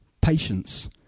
patience